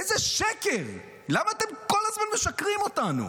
איזה שקר, למה אתם כל הזמן משקרים לנו?